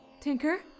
Tinker